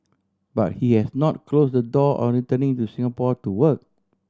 but he has not closed the door on returning to Singapore to work